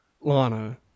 Lana